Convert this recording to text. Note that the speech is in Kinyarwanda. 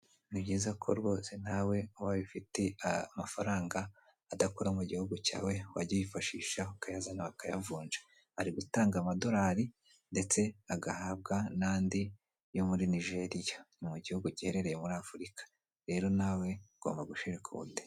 Nibyiza ko rwose nawe ubaye ufite amafaranga adakora mugihugu cyawe wajya uyifashisha ukayazana bakayavunja, ari gutanga amadorari ndetse agahabwa nandi yo muri nijeriya nimugihugu giherereye muri afurika, rero nawe ugomba gushirika ubute.